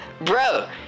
bro